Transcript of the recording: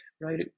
right